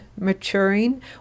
maturing